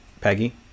Peggy